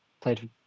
played